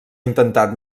intentat